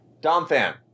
Domfan